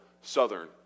Southern